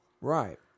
Right